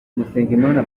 musengimana